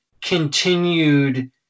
continued